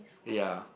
ya